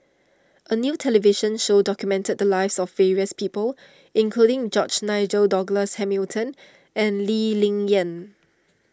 a new television show documented the lives of various people including George Nigel Douglas Hamilton and Lee Ling Yen